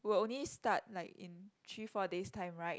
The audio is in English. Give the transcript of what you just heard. will only start like in three four days time right